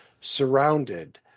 surrounded